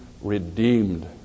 redeemed